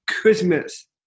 Christmas